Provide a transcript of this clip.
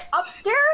Upstairs